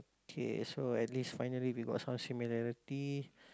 K so at least finally we got some similarity